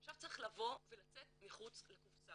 עכשיו צריך לבוא ולצאת מחוץ לקופסה.